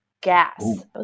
gas